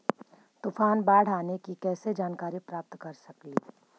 तूफान, बाढ़ आने की कैसे जानकारी प्राप्त कर सकेली?